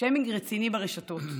שיימינג רציני ברשתות.